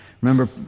Remember